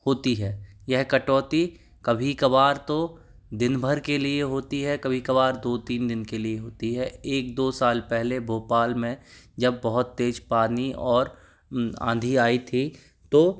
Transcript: होती है यह कटौती कभी कभार तो दिनभर के लिए होती है कभी कभार दो तीन दिन के लिए होती है एक दो साल पहले भोपाल में जब बहुत तेज़ पानी और आंधी आई थी तो